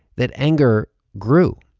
that anger grew.